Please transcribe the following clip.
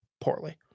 poorly